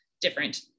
different